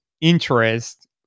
interest